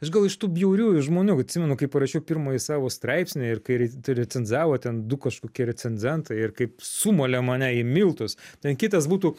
aš gal iš tų bjauriųjų žmonių atsimenu kaip parašiau pirmąjį savo straipsnį ir kai ri recenzavo ten du kažkokie recenzentai ir kaip sumalė mane į miltus ten kitas būtų